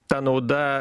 ta nauda